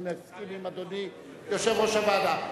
אני מסכים עם אדוני, יושב-ראש הוועדה.